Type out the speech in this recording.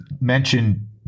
mentioned